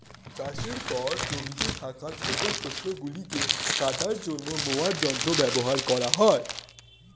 চাষের পর জমিতে থাকা ছোট শস্য গুলিকে কাটার জন্য মোয়ার যন্ত্র ব্যবহার করা হয়